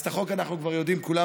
אז את החוק אנחנו כבר יודעים כולם,